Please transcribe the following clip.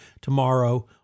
tomorrow